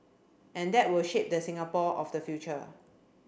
and that will shape the Singapore of the future